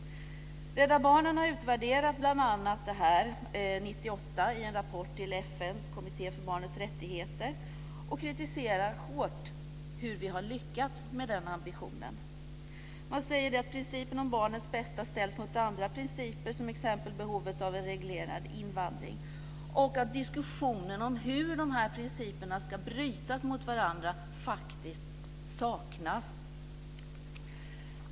Rädda Barnen har bl.a. utvärderat detta 1998 i rapport till FN:s kommitté för barnets rättigheter. Där kritiserar man hårt hur vi har lyckats med den ambitionen. Man säger att principen om barnets bästa ställs mot andra principer som exempelvis behovet av en reglerad invandring och att diskussionen om hur de här principerna ska brytas mot varandra faktiskt saknas.